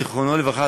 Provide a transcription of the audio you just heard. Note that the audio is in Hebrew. זיכרונו לברכה,